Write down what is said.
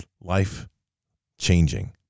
life-changing